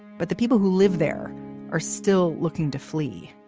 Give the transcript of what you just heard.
but the people who live there are still looking to flee.